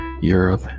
europe